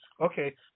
okay